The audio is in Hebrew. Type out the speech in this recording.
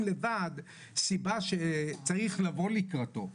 לבד שיש איזושהי סיבה שצריך ללכת לקראתו.